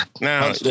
Now